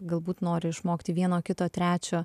galbūt nori išmokti vieno kito trečio